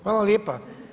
Hvala lijepa.